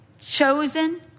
Chosen